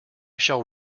shall